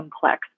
complex